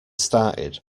started